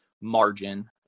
margin